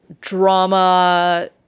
drama